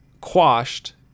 quashed